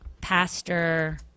pastor